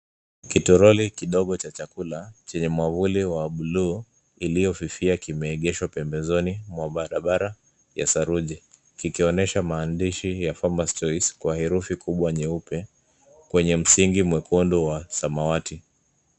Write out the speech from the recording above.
Kitoroli kidogo cha chakula chenye mwavuli wa buluu iliofifia kimeegeshwa pembezoni mwa barabara ya saruji kikionyesha maandishi ya cs[farmers choice]cs kwa herufi kubwa nyeupe, kwenye misingi mwekundu wa samawati.